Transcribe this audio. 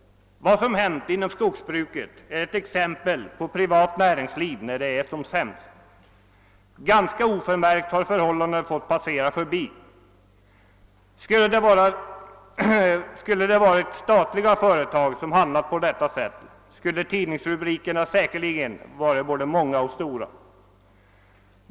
Vad som hänt inom skogsbruket ger exempel på hur privat näringsliv fungerar när det är som sämst. Ganska oförmärkt har det hela fått passera förbi. Om det varit statliga företag som handlat på detta sätt skulle tidningsrubrikerna säkerligen ha varit både många och stora.